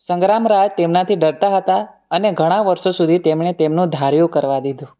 સંગ્રામરાજ તેમનાથી ડરતા હતા અને ઘણાં વર્ષો સુધી તેમણે તેમનું ધાર્યું કરવા દીધું